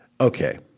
Okay